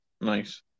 Nice